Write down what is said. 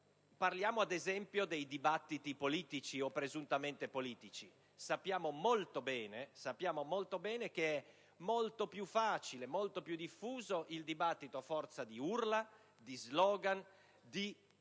Parliamo ad esempio dei dibattiti politici, o presuntamente tali. Sappiamo bene che è molto più facile, e molto più diffuso, il dibattito a forza di urla, di *slogan* o